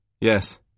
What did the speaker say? Yes